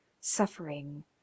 suffering